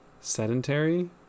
sedentary